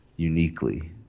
Uniquely